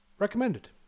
Recommended